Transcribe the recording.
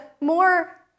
more